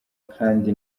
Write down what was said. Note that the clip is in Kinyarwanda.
kandi